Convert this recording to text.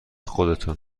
خودتان